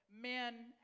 men